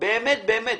באמת באמת.